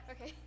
Okay